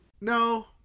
No